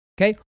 Okay